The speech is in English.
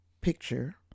picture